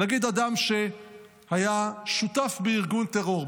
נגיד אדם שהיה שותף בארגון טרור,